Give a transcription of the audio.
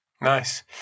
nice